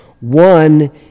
one